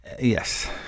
Yes